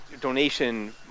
donation